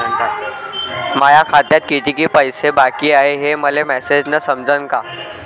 माया खात्यात कितीक पैसे बाकी हाय हे मले मॅसेजन समजनं का?